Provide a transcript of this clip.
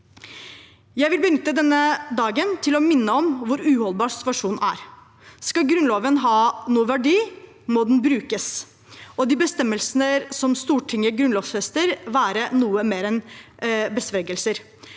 Jeg vil benytte denne dagen til å minne om hvor uholdbar situasjon er. Skal Grunnloven ha noen verdi, må den brukes, og de bestemmelsene som Stortinget grunnlovfester, må være noe mer enn besvergelser.